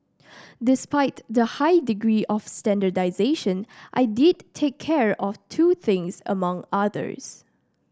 despite the high degree of standardisation I did take care of two things among others